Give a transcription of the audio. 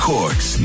Cork's